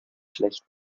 schlecht